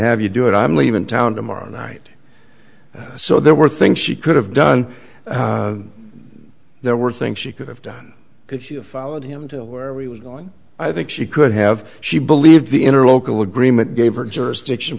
have you do it i'm leaving town tomorrow night so there were things she could have done there were things she could have done could she have followed him to where we was going i think she could have she believed the inner local agreement gave her jurisdiction